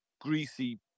greasy